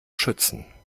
schützen